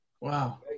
Wow